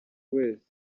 wese